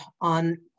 on